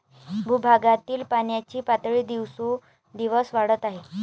भूगर्भातील पाण्याची पातळी दिवसेंदिवस वाढत आहे